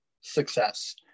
success